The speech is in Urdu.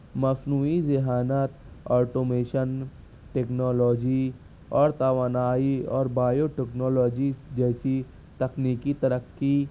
مصنوعی ذہانت آٹومیشن ٹکنالوجی اور توانائی اور بایو ٹکنالوجیز جیسی تکنیکی ترقی